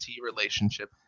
relationship